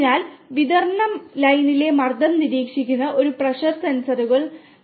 അതിനാൽ വിതരണ ലൈനിലെ മർദ്ദം നിരീക്ഷിക്കുന്ന പ്രഷർ സെൻസറുകൾ ഉള്ളതുപോലെ